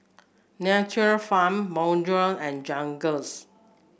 Nature Farm Bonjour and Jergens